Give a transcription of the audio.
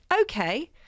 okay